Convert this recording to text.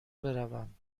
بروم